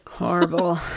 Horrible